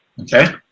Okay